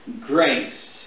grace